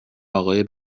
آقای